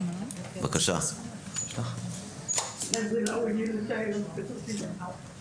יש גם את העניין של תורשה בסרטן מעי הגס,